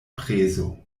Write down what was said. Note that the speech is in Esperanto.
prezo